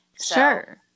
Sure